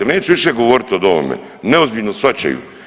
Neću više govoriti o ovome, neozbiljno shvaćaju.